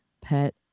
pet